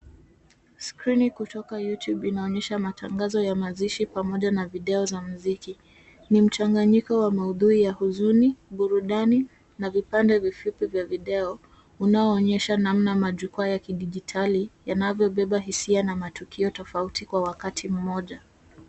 Skrini kutoka Youtube inaonyesha matangazo ya mazishi pamoja na video za muziki. Ni mchanganyiko wa maudhui ya huzuni, burudani na vipande vifupi vya video, unaoonyesha namna majukwaa ya kidijitali yanavyobeba hisia na matukio kwa wakati mmoja.